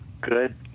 good